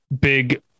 big